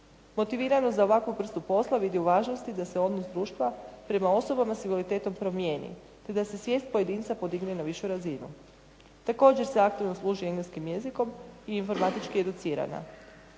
Motiviranost za ovakvu vrstu posla vidi u važnosti da se odnos društva prema osobama sa invaliditetom promijeni, te da se svijest pojedinca podigne na višu razinu. Također se aktivno služi engleskim jezikom i informatički je iducirana.